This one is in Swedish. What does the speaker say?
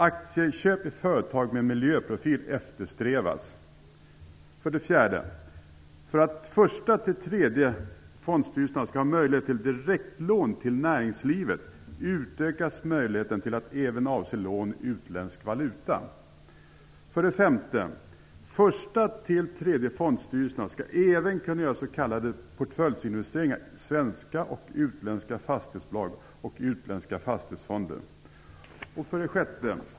Aktieköp i företag med miljöprofil eftersträvas. 4. För att första till tredje fondstyrelserna skall ha möjlighet att ge direktlån till näringslivet får sådana lån även upptas i utländsk valuta. 5. Första till tredje fondstyrelserna skall även kunna göra s.k. portföljinvesteringar i svenska och utländska fastighetsbolag samt i utländska fastighetsfonder. 6.